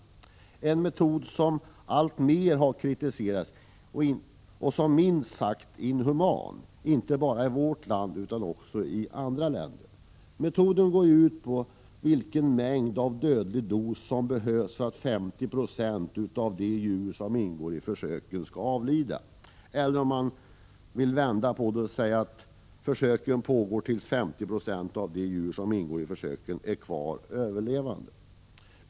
Det är en metod som är minst sagt inhuman och som alltmer har kritiserats, inte bara i vårt land utan också i andra länder. Metoden går ut på att fastställa vilken mängd dödlig dos som behövs för att 50 90 av de djur som ingår i försöken skall avlida, eller om man vill vända på det och säga att försöken pågår tills 50 20 av de djur som ingår kvarstår som överlevande.